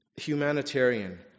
humanitarian